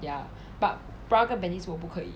ya but bra 跟 panties 我不可以